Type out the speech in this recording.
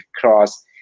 cross